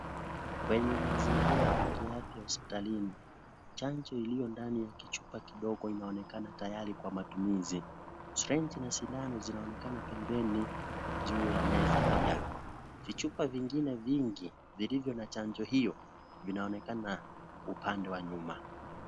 Kwenye mazingira ya kiafya hospitalini. Chanjo iliyo ndani ya kichupa kidogo inaonekana tayari kwa matumizi. Sirinji na sindano zinaonekana pembeni juu ya meza pia. Vichupa vingine vingi vilivyo na chanjo hiyo vinaonekana upande wa nyuma.